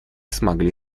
смогли